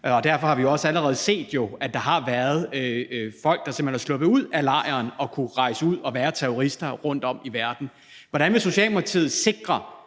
og derfor har vi jo også allerede set, at der har været folk, der simpelt hen er sluppet ud af lejren, har kunnet rejse ud og være terrorister rundtom i verden. Hvordan vil Socialdemokratiet sikre,